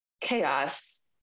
chaos